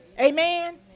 Amen